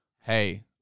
hey